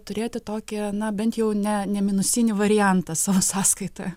turėti tokį na bent jau ne neminusinį variantą savo sąskaitoj